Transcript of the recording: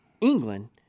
England